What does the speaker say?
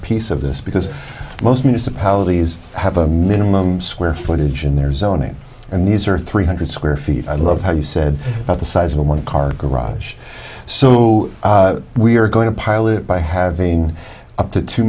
piece of this because most municipalities have a minimum square footage in their zoning and these are three hundred square feet i love how you said about the size of a one car garage so we are going to pile it by having up to two